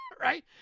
right